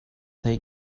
they